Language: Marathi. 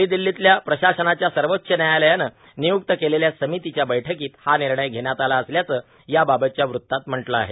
नवी र्दिल्लोतल्या प्रशासनाच्या सर्वाच्च न्यायालयानं ानयुक्त केलेल्या र्सामतीच्या बैठकांत हा ानणय घेण्यात आला असल्याचं या बाबतच्या वृत्तात म्हटलं आहे